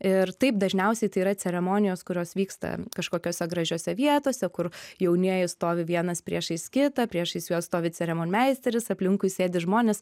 ir taip dažniausiai tai yra ceremonijos kurios vyksta kažkokiose gražiose vietose kur jaunieji stovi vienas priešais kitą priešais juos stovi ceremonmeisteris aplinkui sėdi žmonės